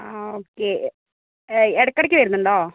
ആ ഓക്കേ ഇടക്കിടക്ക് വരുന്നുണ്ടോ